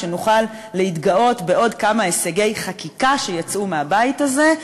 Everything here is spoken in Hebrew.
שנוכל להתגאות בעוד כמה הישגי חקיקה שיצאו מהבית הזה,